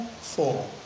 four